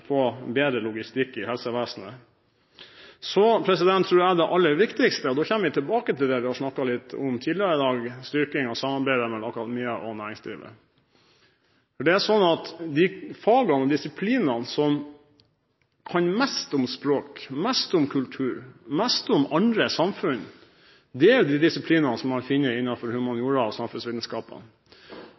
få bedre logistikk i helsevesenet. Jeg tror det aller viktigste er – og da kommer vi tilbake til det vi har snakket litt om tidligere i dag – styrking av samarbeidet mellom akademia og næringslivet. De disiplinene der man kan mest om språk, mest om kultur og mest om andre samfunn, er de som man finner innenfor humaniora og